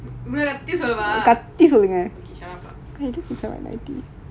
இங்க:inga ankel அப்பிடி இருந்த:apidi iruntha what can I do